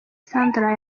sandra